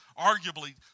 Arguably